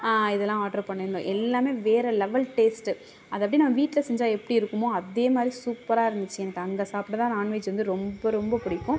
இதெலாம் ஆர்ட்ரு பண்ணியிருந்தோம் எல்லாமே வேறு லெவல் டேஸ்ட்டு அதை அப்படி நான் வீட்டில் செஞ்சால் எப்படி இருக்குமோ அதே மாதிரி சூப்பராக இருந்திச்சு எனக்கு அங்கே சாப்ட்டதான் நான் வெஜ் வந்து ரொம்ப ரொம்ப பிடிக்கும்